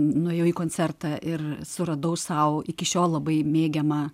nuėjau į koncertą ir suradau sau iki šiol labai mėgiamą